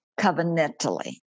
covenantally